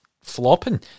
flopping